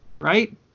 Right